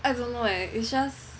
I don't know eh it's just